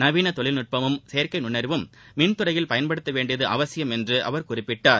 நவீன தொழில்நுட்பமும் செயற்கை நுண்ணறிவும் மின்துறையில் பயன்படுத்த வேண்டியது அவசியம் என்று அவர் குறிப்பிட்டார்